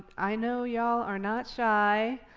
i know y'all are not shy.